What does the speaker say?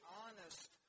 honest